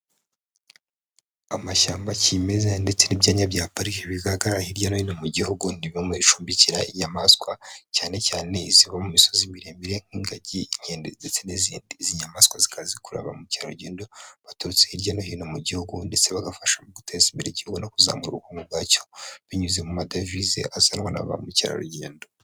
Amashyamba kimeza ndetse n'ibyanya bya pariki bigaragara hirya no hino mu gihugu ni bimwe mu bicumbikira inyamaswa cyane cyane iziba mu misozi miremire nk'ingagi, inkende ndetse n'izindi. Izi nyamaswa zikaba zikurura ba mukerarugendo baturutse hirya no hino mu gihugu ndetse bagafasha mu guteza imbere igihugu no kuzamura ubukungu bwacyo binyuze mu madevize azanwa na ba mukerarugendo.